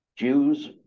Jews